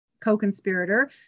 co-conspirator